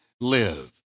live